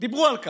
דיברו על כך.